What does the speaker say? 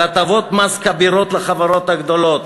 על הטבות מס כבירות לחברות הגדולות,